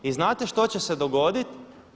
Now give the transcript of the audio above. I znate što će se dogoditi?